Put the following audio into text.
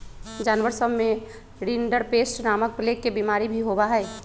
जानवर सब में रिंडरपेस्ट नामक प्लेग के बिमारी भी होबा हई